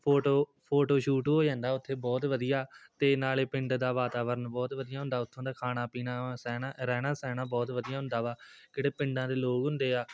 photo photoshoot ਹੋ ਜਾਂਦਾ ਉੱਥੇ ਬਹੁਤ ਵਧੀਆ ਅਤੇ ਨਾਲੇ ਪਿੰਡ ਦਾ ਵਾਤਾਵਰਨ ਬਹੁਤ ਵਧੀਆ ਹੁੰਦਾ ਉੱਥੋਂ ਦਾ ਖਾਣਾ ਪੀਣਾ ਵਾ ਸਹਿਣਾ ਰਹਿਣਾ ਸਹਿਣਾ ਬਹੁਤ ਵਧੀਆ ਹੁੰਦਾ ਵਾ ਜਿਹੜੇ ਪਿੰਡਾਂ ਦੇ ਲੋਕ ਹੁੰਦੇ ਆ